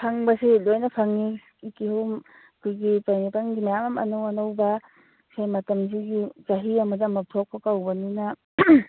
ꯐꯪꯕꯁꯤ ꯂꯣꯏꯅ ꯐꯪꯏ ꯀꯤꯍꯣꯝ ꯑꯩꯈꯣꯏꯒꯤ ꯄꯥꯏꯟꯑꯦꯄꯜꯒꯤ ꯃꯌꯥꯝ ꯑꯅꯧ ꯑꯅꯧꯕ ꯁꯦ ꯃꯇꯝꯁꯤꯒꯤ ꯆꯍꯤ ꯑꯗꯗ ꯑꯃꯨꯛ ꯊꯣꯛꯄ ꯀꯧꯕꯅꯤꯅ